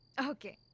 ok?